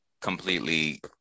completely